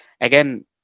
again